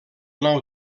nou